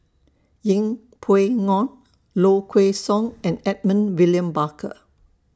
Yeng Pway Ngon Low Kway Song and Edmund William Barker